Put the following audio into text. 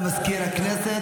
כדאי לכם ללכת ולבדוק,